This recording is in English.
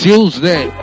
Tuesday